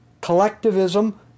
collectivism